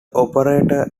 operator